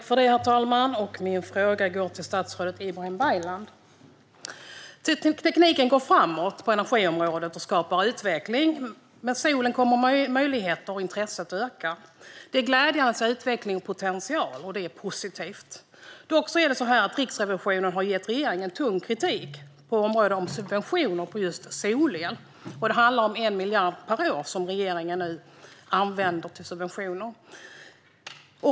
Herr talman! Min fråga går till statsrådet Ibrahim Baylan. Tekniken går framåt på energiområdet och skapar utveckling. Med solen kommer möjligheterna och intresset att öka. Det är glädjande att se utveckling och potential. Det är positivt. Riksrevisionen har dock gett regeringen tung kritik på området subventioner av solel. Det handlar om 1 miljard per år som regeringen nu använder till subventioner.